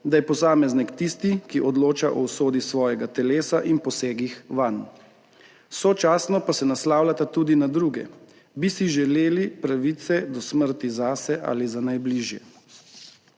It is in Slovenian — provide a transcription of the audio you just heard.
da je posameznik tisti, ki odloča o usodi svojega telesa in posegih vanj, sočasno pa se naslavljata tudi na druge: Bi si želeli pravice do smrti zase ali za najbližje?